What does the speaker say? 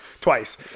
twice